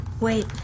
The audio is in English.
Wait